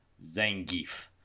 Zangief